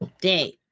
Day